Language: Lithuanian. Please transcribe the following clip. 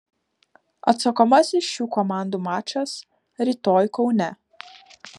atsakomasis šių komandų mačas rytoj kaune